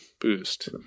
boost